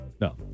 No